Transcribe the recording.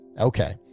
okay